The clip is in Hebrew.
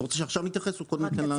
אתה רוצה שעכשיו נתייחס, או קודם תיתן לה?